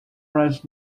was